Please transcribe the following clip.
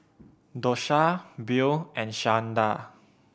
Dosha Beau and Shawnda